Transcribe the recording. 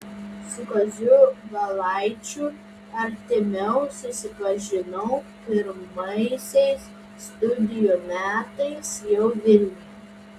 su kaziu valaičiu artimiau susipažinau pirmaisiais studijų metais jau vilniuje